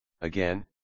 again